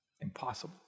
Impossible